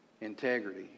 integrity